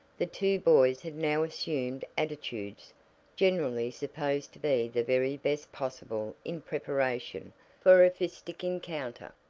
the two boys had now assumed attitudes generally supposed to be the very best possible in preparation for a fistic encounter,